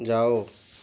जाओ